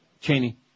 Cheney